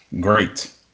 great